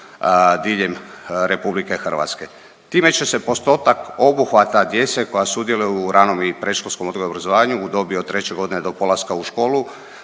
diljem Republike Hrvatske. Time će se postotak obuhvata djece koja sudjeluju u ranom i predškolskom odgoju i obrazovanju u dobi od 3 godine do polaska u školu